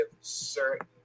certain